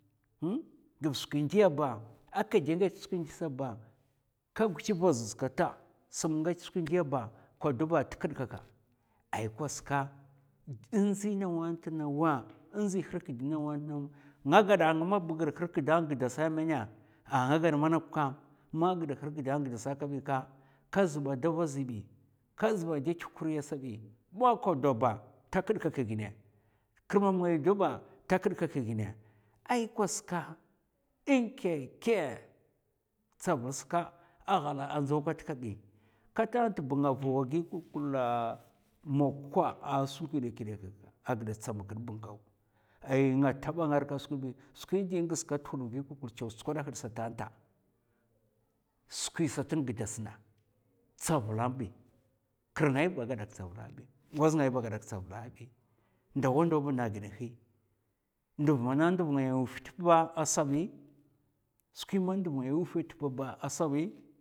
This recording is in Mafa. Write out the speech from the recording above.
gv skwi ndiya ba, a kè dè ngèch skwi ndiya sa ba, ka gwich vazaza kata sam ngèch skwi ndiya ba ka dubba t'kad kaka. ai kwas ka, ndzi nawa tn nawa, ndzi harkad nawa tn naw nga gada ng mab, gid hirkda n'gɗasa mènè a nga gad manok ka, man gid hirkda n'gdasa kabika, ka zba davazi bi. ka zba ndè tih kuriya sabi, ma ka do ba, ta khad kaka, kirmam ngaya ndo ba ta khad kaka ginè ai kwas ka in kèkè tsavul ska ahala ndzaw kat kabi. Katan ntba nga vowa gi kulkula mokwa a skwi ghidè kèk'kè a ghida tsamakid ba ngaw. nga taba rka skwi bi, skwin di ngaska t'hud nvi kulkul chaw tskwada hda satan nta skwi sat ngdas na tsavul bi kir ngay ba gadak tsavul bi, ngoz ngai ba gadak tsavuk abi. ndawa ndaw na giɗ nhè. Nduv mana nduv ngaya wuf tp ba asa bi, skwi man nduv ngaya wuf tp ba asa bi.